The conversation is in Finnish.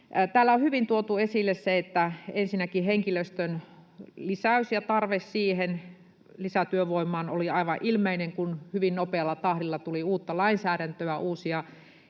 Täällä on hyvin tuotu esille se, että ensinnäkin tarve siihen henkilöstön lisäykseen ja lisätyövoimaan oli aivan ilmeinen, kun hyvin nopealla tahdilla tuli uutta lainsäädäntöä, uusia